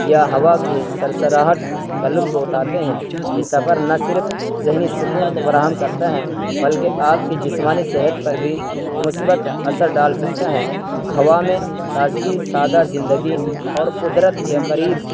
یا ہوا کی سرسراہٹ کا لطف اٹھاتے ہیں یہ سفر نہ صرف ذہنی سکون کو فراہم کرتا ہے بلکہ آپ کی جسمانی صحت پر بھی مثبت اثر ڈال سکتا ہے ہوا میں تازگی سادہ زندگی اور قدرت کے قریب